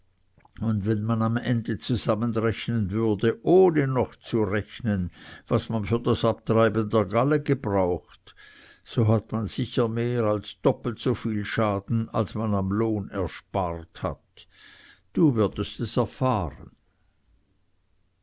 und wenn man am ende zusammenrechnen würde ohne noch zu rechnen was man für das abtreiben der galle gebraucht so hat man sicher mehr als doppelt so viel schaden als man am lohn erspart hat du würdest es erfahren